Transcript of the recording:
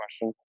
question